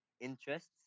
interests